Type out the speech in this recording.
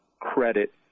credit